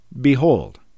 Behold